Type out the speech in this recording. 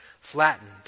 flattened